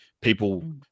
people